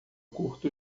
curto